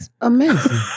Amazing